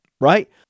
right